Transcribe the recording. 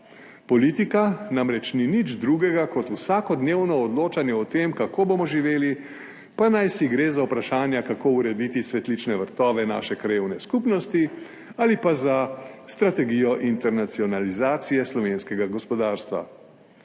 Politika namreč ni nič drugega kot vsakodnevno odločanje o tem, kako bomo živeli pa naj si gre za vprašanja, kako urediti cvetlične vrtove naše krajevne skupnosti, ali pa za strategijo internacionalizacije slovenskega gospodarstva.